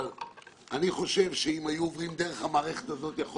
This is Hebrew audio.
אבל אם היו עוברים דרך המערכת הזאת יכול